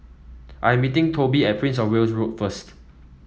I am meeting Toby at Prince Of Wales Road first